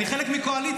אני חלק מקואליציה.